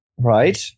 Right